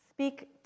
Speak